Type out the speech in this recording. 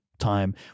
Time